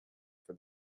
for